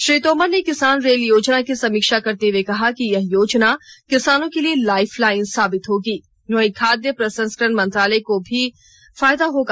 श्री तोमर ने किसान रेल योजना की समीक्षा करते हुए कहा कि यह योजना किसानों के लिए लाइफलाइन साबित होगी वहीं खाद्य प्रस्संकरण मंत्रालय को भी होगा